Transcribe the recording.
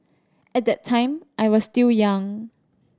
at that time I was still young